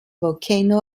volcano